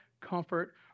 comfort